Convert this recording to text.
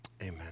amen